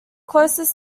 closest